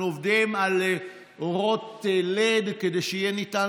אנחנו עובדים על אורות לד כדי שיהיה אפשר